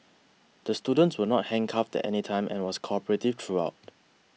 the student was not handcuffed at any time and was cooperative throughout